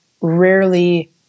rarely